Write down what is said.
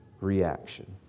reaction